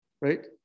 right